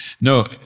No